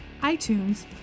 iTunes